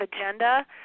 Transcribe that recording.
agenda